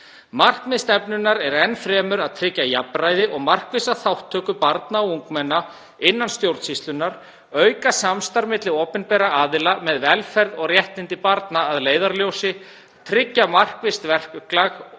Markmið stefnunnar er enn fremur að tryggja jafnræði og markvissa þátttöku barna og ungmenna innan stjórnsýslunnar, auka samstarf milli opinberra aðila með velferð og réttindi barna að leiðarljósi, tryggja markvisst verklag